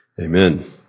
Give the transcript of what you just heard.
Amen